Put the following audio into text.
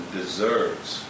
deserves